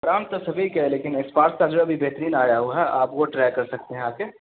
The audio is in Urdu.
آرام تو سبھی کے ہیں لیکن اسپارکس کا جو ہے ابھی بہترین آیا ہوا ہے آپ وہ ٹرائی کر سکتے ہیں آ کے